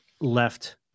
left